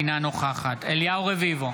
אינה נוכחת אליהו רביבו,